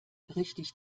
richtig